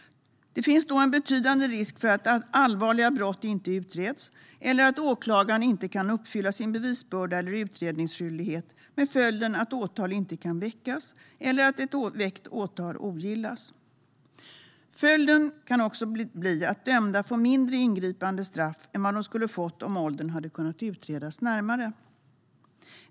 Det finns då en betydande risk för att allvarliga brott inte utreds eller att åklagaren inte kan uppfylla sin bevisbörda eller utredningsskyldighet med följden att åtal inte kan väckas eller att ett väckt åtal ogillas. Följden kan också bli att dömda får mindre ingripande straff än vad de skulle ha fått om åldern hade kunnat utredas närmare.